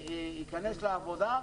וייכנס לעבודה,